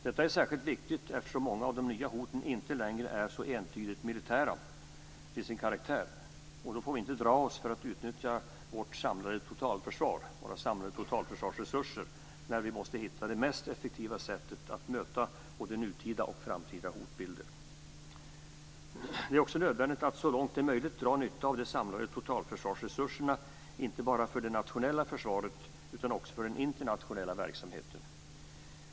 Detta är särskilt viktigt eftersom många av de nya hoten inte längre är så entydigt militära till sin karaktär. Vi får inte dra oss för att utnyttja våra samlade totalförsvarsresurser när vi måste hitta det mest effektiva sättet att möta både nutida och framtida hotbilder. Det är också nödvändigt att så långt det är möjligt dra nytta av de samlade totalförsvarsresurserna inte bara för det nationella försvaret utan också för den internationella verksamheten.